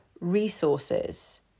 resources